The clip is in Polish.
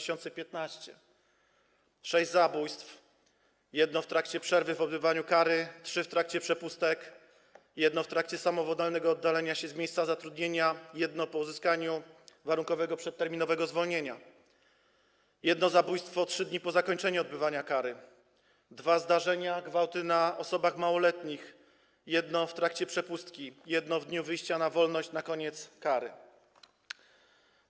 Sześć zabójstw: jedno - w trakcie przerwy w odbywaniu kary, trzy - w trakcie przepustek, jedno - w trakcie samowolnego oddalenia się z miejsca zatrudnienia, jedno - po uzyskaniu warunkowego przedterminowego zwolnienia, jedno zabójstwo - 3 dni po zakończeniu odbywania kary, dwa zdarzenia - gwałty na osobach małoletnich: jedno - w trakcie przepustki, jedno - w dniu wyjścia na wolność na koniec odbywania kary.